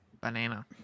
banana